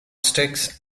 sticks